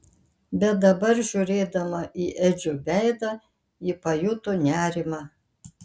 bet dabar žiūrėdama į edžio veidą ji pajuto nerimą